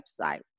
website